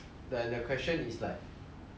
如果现在你赢了